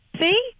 See